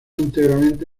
íntegramente